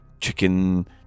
Chicken